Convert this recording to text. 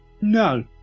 No